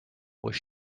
was